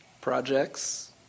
Projects